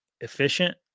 efficient